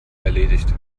erledigt